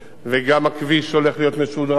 וגם הכביש הולך להיות משודרג,